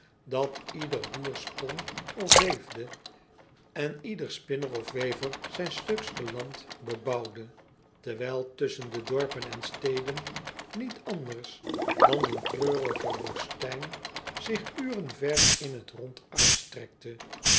dat ieder boer spon of weefde en ieder spinner of wever zijn stuksken land bebouwde terwijl tusschen de dorpen en steden niet anders dan een treurige woestijn zich uren ver in t rond uitstrekte